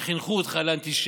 שבה חינכו אותך לאנטישמיות.